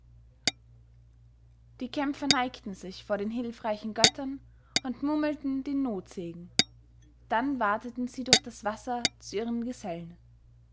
die kämpfer neigten sich vor den hilfreichen göttern und murmelten den notsegen dann wateten sie durch das wasser zu ihren gesellen